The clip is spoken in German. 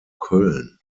köln